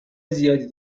زیادی